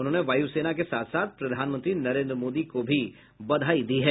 उन्होंने वायुसेना के साथ साथ प्रधानमंत्री नरेन्द्र मोदी को भी बधाई दी है